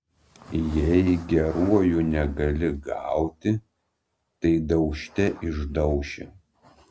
jei geruoju negali gauti tai daužte išdauši